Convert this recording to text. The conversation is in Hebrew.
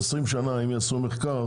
אבי דיכטר,